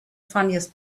funniest